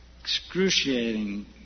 excruciating